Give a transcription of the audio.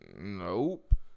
Nope